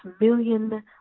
million